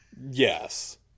Yes